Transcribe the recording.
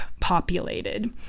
populated